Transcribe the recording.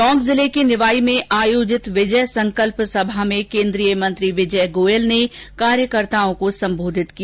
टोंक जिले के निवाई में आयोजित विजय संकल्प सभा में केन्द्रीय मंत्री विजय गोयल ने कार्यकर्ताओं को सम्बोधित किया